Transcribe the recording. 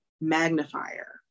magnifier